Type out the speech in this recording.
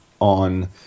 on